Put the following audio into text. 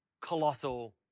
colossal